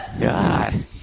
God